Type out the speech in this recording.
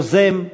יוזם,